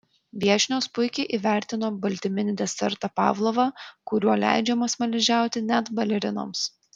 viešnios puikiai įvertino baltyminį desertą pavlovą kuriuo leidžiama smaližiauti net balerinoms